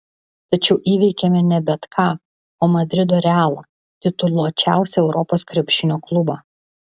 tačiau įveikėme ne bet ką o madrido realą tituluočiausią europos krepšinio klubą